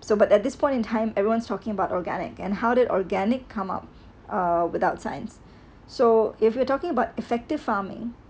so but at this point in time everyone's talking about organic and how did organic come up uh without science so if you were talking about effective farming